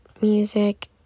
music